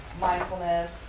mindfulness